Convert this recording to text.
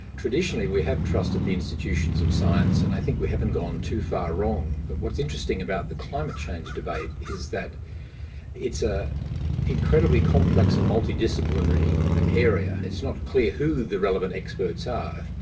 traditionally we have trusted the institutions of science, and i think we haven't gone too far wrong. but what's interesting about the climate change debate is that it's an ah incredibly complex and multi-disciplinary area. it's not clear who the relevant experts are.